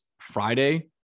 Friday